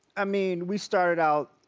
i mean, we started out,